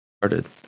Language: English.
started